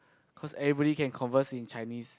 cause everybody can converse in Chinese